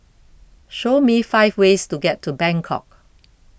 show me five ways to get to Bangkok